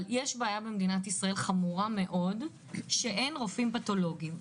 יש בעיה חמורה במדינת ישראל שאין רופאים פתולוגיים.